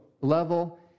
level